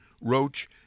Roach